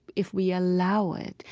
if we allow it,